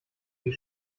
wie